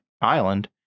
island